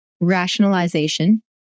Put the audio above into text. rationalization